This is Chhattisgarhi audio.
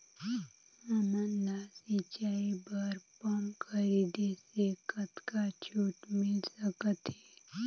हमन ला सिंचाई बर पंप खरीदे से कतका छूट मिल सकत हे?